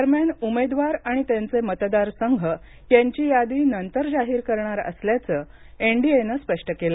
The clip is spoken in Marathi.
दरम्यान उमेदवार आणि त्यांचे मतदारसंघ यांची यादी नंतर जाहीर करणार असल्याचं एनडीए नं स्पष्ट केलं